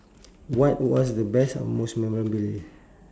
what was the best and most memorable